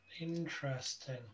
Interesting